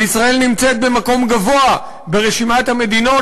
וישראל נמצאת במקום גבוה ברשימת המדינות